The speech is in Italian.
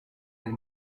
del